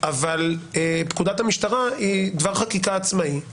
אבל פקודת המשטרה היא דבר חקיקה עצמאי,